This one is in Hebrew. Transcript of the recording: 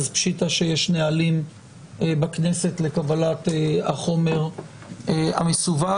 אז פשיטה שיש נהלים בכנסת לקבלת החומר המסווג,